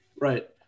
Right